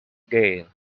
gale